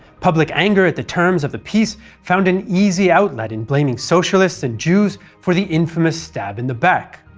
public anger at the terms of the peace found an easy outlet in blaming socialists and jews for the infamous stab in the back.